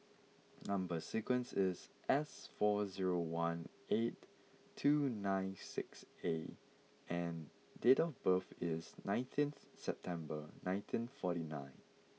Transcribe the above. number sequence is S four zero one eight two nine six A and date of birth is nineteen September nineteen forty nine